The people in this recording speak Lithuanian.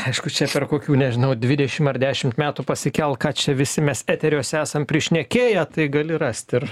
aišku čia per kokių nežinau dvidešim ar dešimt metų pasikelk ką čia visi mes eteriuose esam prišnekėję tai gali rast ir